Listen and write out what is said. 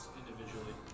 individually